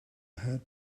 had